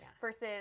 versus